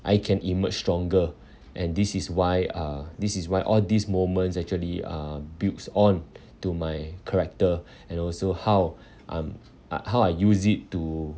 I can emerge stronger and this is why uh this is why all these moments actually um builds on to my character and also how um how I use it to